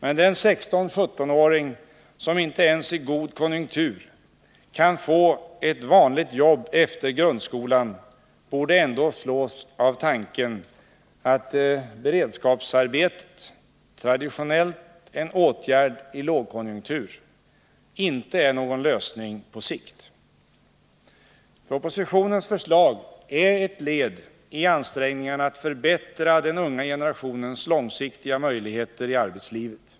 Men den 16—-17-åring som inte ens i god konjunktur kan få ett vanligt jobb efter grundskolan borde ändå slås av tanken att beredskapsarbetet — traditionellt en åtgärd i lågkonjunktur — inte är någon lösning på sikt. Propositionens förslag är ett led i ansträngningarna att förbättra den unga generationens långsiktiga möjligheter i arbetslivet.